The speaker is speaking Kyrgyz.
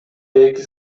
эки